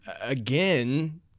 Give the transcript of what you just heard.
Again